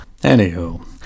Anywho